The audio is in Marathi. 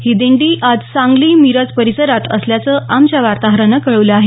ही दिंडी आज सांगली मिरज परिसरात असल्याचं आमच्या वार्ताहरानं कळवलं आहे